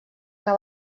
que